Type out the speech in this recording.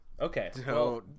Okay